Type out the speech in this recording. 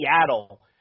Seattle